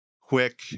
quick